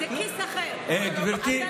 זה כיס אחר, זה כיס אחר.